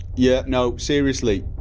yeah, no, seriously